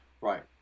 right